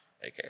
Okay